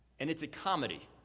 and it's a comedy.